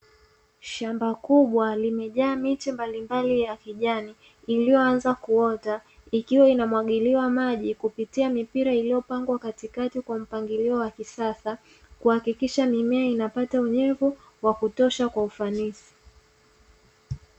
Shamba kubwa limejaa miche mbalimbali ya kijani iliyoanza kuota ikiwa ina mwagiliwa maji kupitia mipira iliyopangwa katikati kwa mpangilio wa kisasa, kuhakikisha mimea inapata unyevu wa kutosha kwa ufanisi.